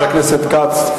חבר הכנסת כץ,